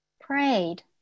prayed